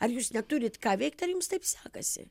ar jūs neturit ką veikt ar jums taip sekasi